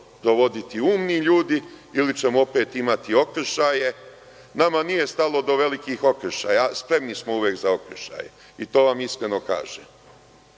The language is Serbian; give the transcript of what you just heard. sprovoditi umni ljudi, ili ćemo opet imati okršaje. Nama nije stalo do velikih okršaja, spremni smo uvek za okršaje i to vam iskreno kažem,